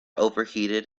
overheated